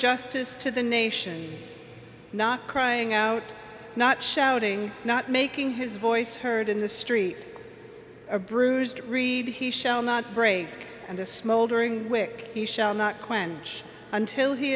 justice to the nations not crying out not shouting not making his voice heard in the street a bruised reed he shall not break and a smouldering wick he shall not quench until he